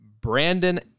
Brandon